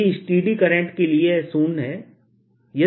अभी steady current के लिए यह शून्य है